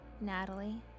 Natalie